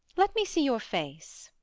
let me see your face.